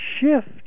shift